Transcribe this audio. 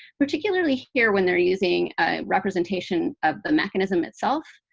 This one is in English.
particularly here when they're using a representation of the mechanism itself,